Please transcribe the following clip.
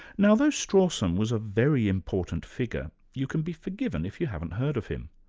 now, though strawson was a very important figure, you can be forgiven if you haven't heard of him.